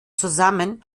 zusammen